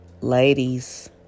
ladies